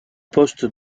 poste